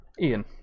Ian